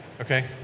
Okay